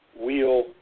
wheel